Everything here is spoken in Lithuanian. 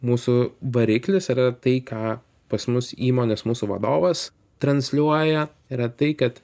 mūsų variklis yra tai ką pas mus įmonės mūsų vadovas transliuoja yra tai kad